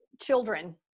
children